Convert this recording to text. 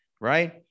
right